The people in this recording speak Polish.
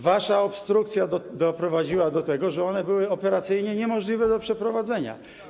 Wasza obstrukcja doprowadziła do tego, że one były operacyjnie niemożliwe do przeprowadzenia.